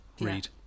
Read